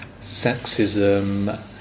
sexism